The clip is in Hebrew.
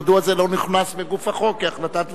מדוע זה לא הוכנס לגוף החוק כהחלטת וועדה?